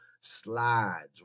slides